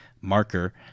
marker